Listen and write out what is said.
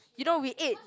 you know we ate